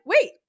wait